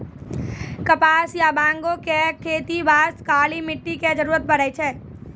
कपास या बांगो के खेती बास्तॅ काली मिट्टी के जरूरत पड़ै छै